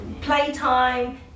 playtime